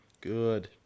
Good